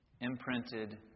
imprinted